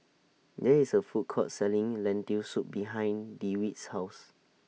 There IS A Food Court Selling Lentil Soup behind Dewitt's House